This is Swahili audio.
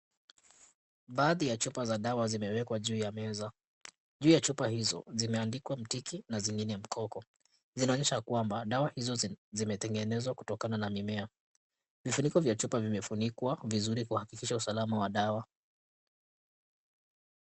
Baadhi ya chupa za dawa zimeekwa juu ya meza, juu ya chupa izo zimeandikwa mtiki na zingine mkoko. Zinaonyesha kwamba dawa izo zimetengenezwa kutokana na mimea. Vifuniko vya chupa zimefunikwa vizuri kuhakikisha usalama wa dawa.